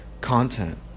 content